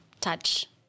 touch